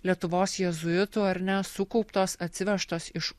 lietuvos jėzuitų ar ne sukauptos atsivežtos iš